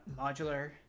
modular